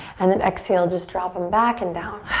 and then exhale, just drop em back and down.